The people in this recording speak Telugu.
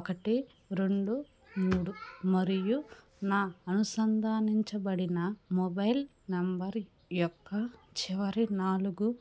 ఒకటి రెండు మూడు మరియు నా అనుసంధానించబడిన మొబైల్ నంబర్ యొక్క చివరి నాలుగు